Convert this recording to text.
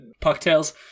Pucktails